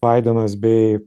baidenas bei